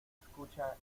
escucha